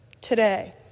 today